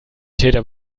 täter